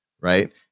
Right